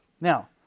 Now